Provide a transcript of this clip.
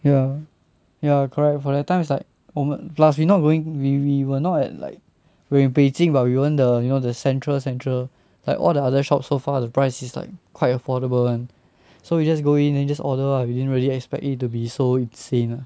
ya ya correct for that time is like 我们 plus we not going we we were not at like we were beijing but we weren't the you know the central central like all the other shops so far the price is like quite affordable [one] so we just go in then just order ah we didn't really expect it to be so insane lah